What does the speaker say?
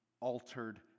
altered